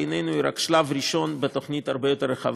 בעינינו היא רק שלב ראשון בתוכנית הרבה יותר רחבה.